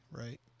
right